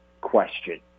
question